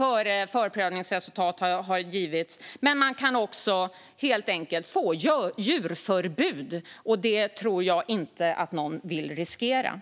innan förprövningsresultat har givits, men man kan också helt enkelt föreläggas djurförbud. Det tror jag inte att någon vill riskera.